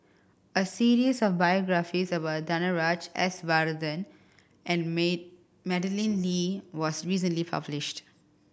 a series of biographies about Danaraj S Varathan and May Madeleine Lee was recently published